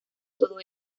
todo